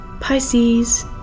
Pisces